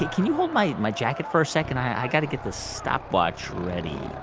can you hold my my jacket for a second? i've got to get this stopwatch ready